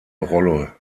rolle